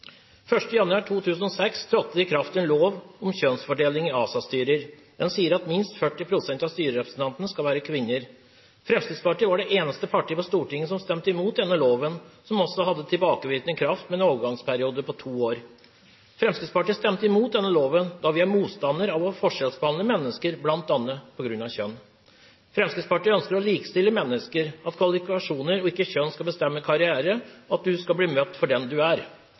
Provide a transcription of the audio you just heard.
januar 2006 trådte det i kraft en lov om kjønnsfordeling i ASA-styrer. Den sier at minst 40 pst. av styrerepresentantene skal være kvinner. Fremskrittspartiet var det eneste partiet på Stortinget som stemte imot denne loven, som også hadde tilbakevirkende kraft, med en overgangsperiode på to år. Fremskrittspartiet stemte imot denne loven, da vi er motstandere av å forskjellsbehandle mennesker på grunn av bl.a. kjønn. Fremskrittspartiet ønsker å likestille mennesker. Kvalifikasjoner, ikke kjønn, skal bestemme karrieren, og man skal bli møtt som den man er.